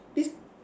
this